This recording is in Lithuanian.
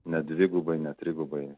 ne dvigubai ne trigubai